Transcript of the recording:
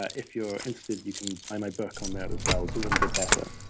ah if you're interested, you can buy my book on there as well, doing good better,